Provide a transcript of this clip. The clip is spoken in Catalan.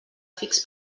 fix